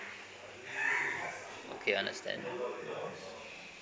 okay understand